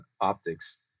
optics